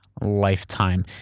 lifetime